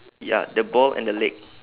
ya the ball and the leg